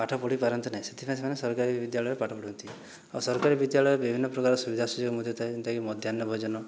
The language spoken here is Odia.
ପାଠ ପଢ଼ି ପାରନ୍ତି ନାହିଁ ସେଥିପାଇଁ ସେମାନେ ସରକାରୀ ବିଦ୍ୟାଳୟରେ ପାଠ ପଢ଼ନ୍ତି ଆଉ ସରକାରୀ ବିଦ୍ୟାଳୟ ବିଭିନ୍ନ ପ୍ରକାର ସୁବିଧା ସୁଯୋଗ ମଧ୍ୟ ଥାଏ ଯେନ୍ତାକି ମଧ୍ୟାନ ଭୋଜନ